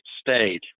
stayed